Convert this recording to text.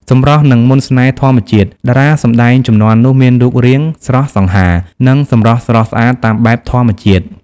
សម្រស់និងមន្តស្នេហ៍ធម្មជាតិ តារាសម្តែងជំនាន់នោះមានរូបរាងស្រស់សង្ហា និងសម្រស់ស្រស់ស្អាតតាមបែបធម្មជាតិ។